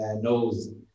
knows